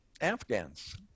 Afghans